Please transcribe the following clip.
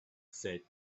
said